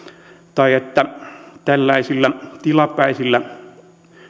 tai että tällaisilla tilapäisillä